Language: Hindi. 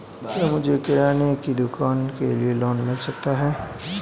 क्या मुझे किराना की दुकान के लिए लोंन मिल सकता है?